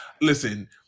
listen